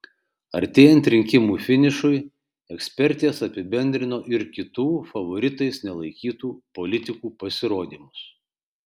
artėjant rinkimų finišui ekspertės apibendrino ir kitų favoritais nelaikytų politikų pasirodymus